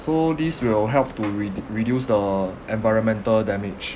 so this will help to re~ reduce the environmental damage